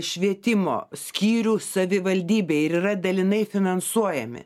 švietimo skyrių savivaldybėj ir yra dalinai finansuojami